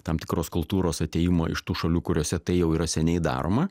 tam tikros kultūros atėjimo iš tų šalių kuriose tai jau yra seniai daroma